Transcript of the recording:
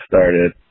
started